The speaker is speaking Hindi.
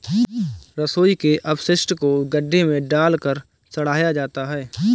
रसोई के अपशिष्ट को गड्ढे में डालकर सड़ाया जाता है